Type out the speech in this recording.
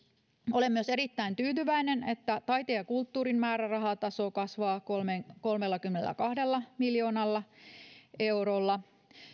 olen myös erittäin tyytyväinen että taiteen ja kulttuurin määrärahataso kasvaa kolmellakymmenelläkahdella miljoonalla eurolla